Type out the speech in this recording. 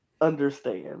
understand